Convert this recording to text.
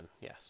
Yes